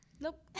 Nope